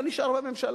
אבל נשאר בממשלה.